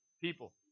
people